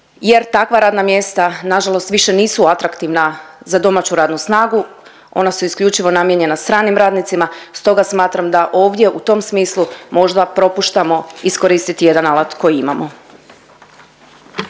jer takva radna mjesta nažalost više nisu atraktivna za domaću radnu snagu, ona su isključivo namijenjena stranim radnicima, stoga smatram da ovdje u tom smislu možda propuštamo iskoristiti jedan alat koji imamo.